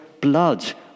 blood